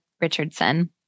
Richardson